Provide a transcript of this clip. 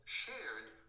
shared